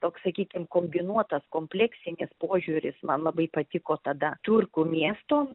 toks sakykim kombinuotas kompleksinis požiūris man labai patiko tada turku miesto